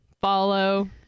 follow